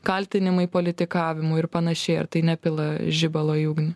kaltinimai politikavimu ir panašiai ar tai ne pila žibalo į ugnį